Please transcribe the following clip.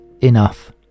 enough